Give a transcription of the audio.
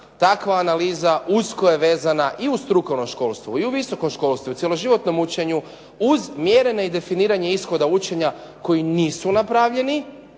Takva analiza usko je vezana i u strukovno školstvo i u visoko školstvo i u cijeloživotnom učenju uz mjerenje i definiranje ishoda učenja koji nisu napravljeni,